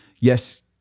Yes